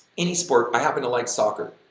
any sport, i happen to like soccer,